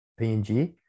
PNG